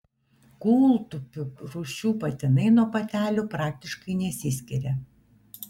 kūltupių rūšių patinai nuo patelių praktiškai nesiskiria